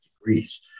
degrees